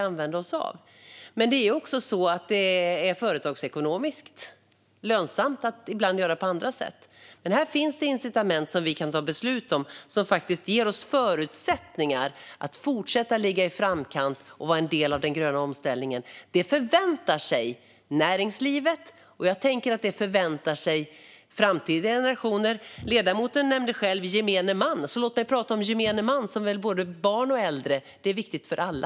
Ibland är det företagsekonomiskt lönsamt att göra på andra sätt. Men här finns incitament som vi kan fatta beslut om och som ger oss förutsättningar att fortsätta ligga i framkant och vara en del av den gröna omställningen. Det förväntar sig näringslivet. Jag tänker att också framtida generationer förväntar sig det. Ledamoten nämnde själv gemene man. Låt mig därför prata om gemene man, som väl är både barn och äldre. Det är viktigt för alla.